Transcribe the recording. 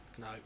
no